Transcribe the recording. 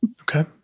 Okay